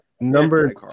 Number